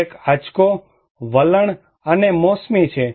એક આંચકો વલણ અને મોસમી છે